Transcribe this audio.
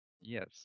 Yes